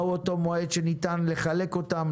מהו אותו מועד שניתן לחלק אותם,